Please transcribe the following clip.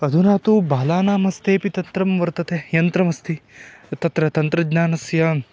अधुना तु बालानां हस्तेऽपि तत्रं वर्तते यन्त्रमस्ति तत्र तन्त्रज्ञानस्य